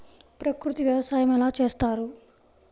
ప్రకృతి వ్యవసాయం ఎలా చేస్తారు?